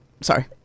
Sorry